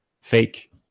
fake